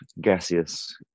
gaseous